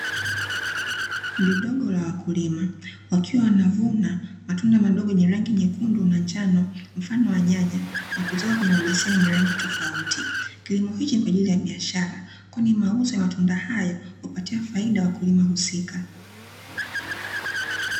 Kundi dogo la wakulima, wakiwa wanavuna matunda madogo yenye rangi nyekundu na njano mfano wa nyanya, na kuziweka kwenye mabeseni yenye rangi tofauti. Kilimo hiki ni kwa ajili ya biashara, kwani mauzo ya matunda hayo huwapatia faida wakulima husika.